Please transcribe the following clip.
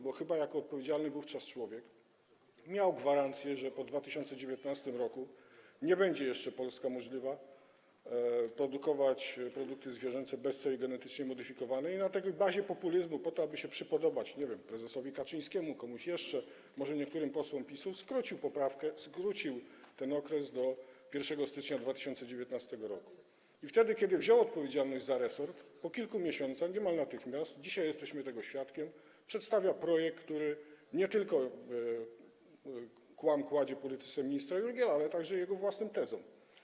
Bo chyba jako odpowiedzialny wówczas człowiek miał pewność, że po 2019 r. Polska nie będzie jeszcze mogła produkować produktów zwierzęcych bez soi genetycznie modyfikowanej, i na bazie populizmu, po to, aby się przypodobać, nie wiem, prezesowi Kaczyńskiemu, komuś jeszcze, może niektórym posłom PiS-u, skrócił poprawkę, skrócił ten okres do 1 stycznia 2019 r. i wtedy, kiedy wziął odpowiedzialność za resort, po kilku miesiącach, niemal natychmiast - dzisiaj jesteśmy tego świadkami - przedstawia projekt, który nie tylko kładzie, zadaje kłam polityce ministra Jurgiela, ale także jego własnym tezom.